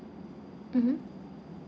mmhmm